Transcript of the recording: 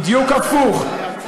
בדיוק הפוך.